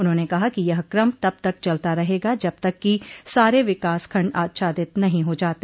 उन्होंने कहा कि यह क्रम तब तक चलता रहेगा जब तक कि सारे विकासखंड आच्छादित नहीं हो जाते